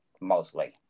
mostly